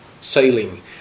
sailing